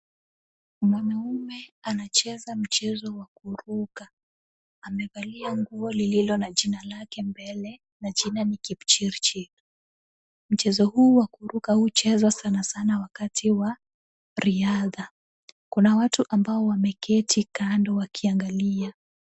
Mwanaume anacheza mchezo wa kuruka. Aamevalia nguo lililo na jina lake mbele, na jina ni Kipchirchir. Mchezo huu wa kuruka huuchezwa sana sana wakati wa riadha. Kuna watu ambao wameketi kando wakiangalia.